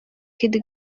kid